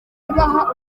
ibaha